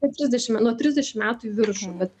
apie trisdešim nuo trisdešim metų į viršų bet